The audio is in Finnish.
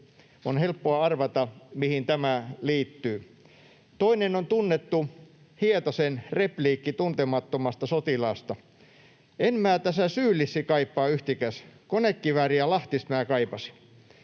on helppoa arvata, mihin tämä liittyy. Toinen on tunnettu Hietasen repliikki Tuntemattomasta sotilaasta: ”En mää täsä syylissi kaipa yhtikäs. Konekivääri ja Lahtist mää kaipasi.”